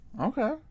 Okay